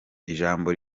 ijambo